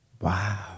Wow